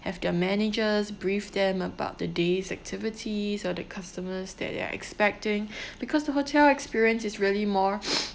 have their managers brief them about the day's activities or the customers that they're expecting because the hotel experience is really more